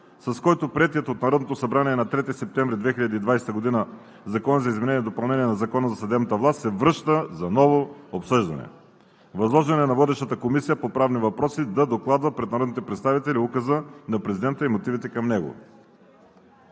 с който приетият от Народното събрание на 3 септември 2020 г. Закон за изменение и допълнение на Закона за съдебната власт се връща за ново обсъждане. Възложено е на водещата Комисия по правни въпроси да докладва пред народните представители Указа на президента и мотивите към него.